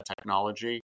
technology